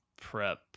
prep